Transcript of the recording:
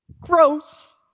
gross